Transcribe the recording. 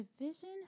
division